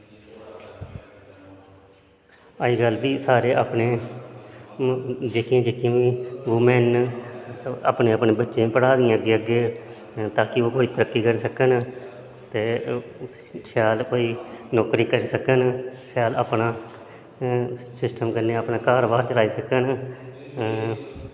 अज्जकल फ्ही सारे अपने जेह्कियां जेह्कियां वुमेन न अपने अपने बच्चें गी पढ़ा दियां अग्गें अग्गें ताकि ओह् कोई तरक्की करी सकन ते शैल कोई नौकरी करी सकन शैल अपना सिस्टम कन्नै अपना घर बाहर चलाई सकन